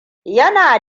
yana